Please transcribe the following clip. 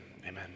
Amen